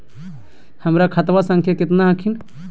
हमर खतवा संख्या केतना हखिन?